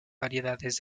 variedades